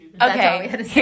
Okay